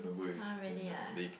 ah really ah